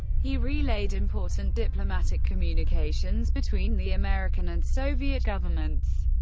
he relayed important diplomatic communications between the american and soviet governments.